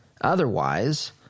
otherwise